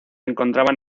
encontraban